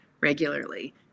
regularly